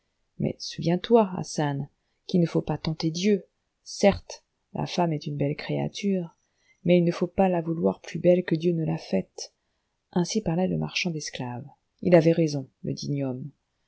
mais souviens-toi hassan qu'il ne faut pas tenter dieu certes la femme est une belle créature mais il ne faut pas la vouloir plus belle que dieu ne l'a faite ainsi parlait le marchand d'esclaves il avait raison le digne homme